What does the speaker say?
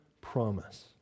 promise